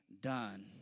done